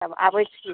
तब आबै छी